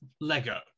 Lego